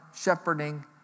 shepherding